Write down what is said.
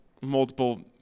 multiple